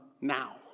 now